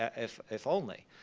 ah if if only.